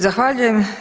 Zahvaljujem.